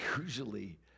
usually